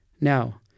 now